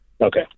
Okay